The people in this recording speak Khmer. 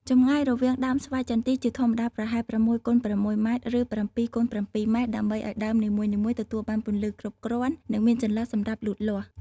ចម្ងាយរវាងដើមស្វាយចន្ទី ជាធម្មតាប្រហែល ៦ គុណ ៦ ម៉ែត្រ ឬ ៧ គុណ ៧ ម៉ែត្រ ដើម្បីឱ្យដើមនីមួយៗទទួលបានពន្លឺគ្រប់គ្រាន់ និងមានចន្លោះសម្រាប់លូតលាស់។